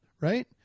right